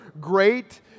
great